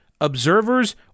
observers